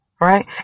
Right